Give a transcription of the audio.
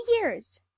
years